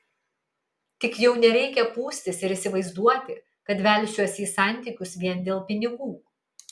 tik jau nereikia pūstis ir įsivaizduoti kad velsiuosi į santykius vien dėl pinigų